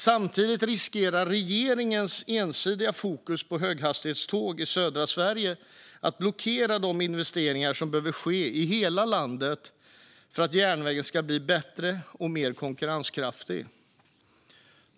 Samtidigt riskerar regeringens ensidiga fokus på höghastighetståg i södra Sverige att blockera de investeringar som behöver ske i hela landet för att järnvägen ska bli bättre och mer konkurrenskraftig.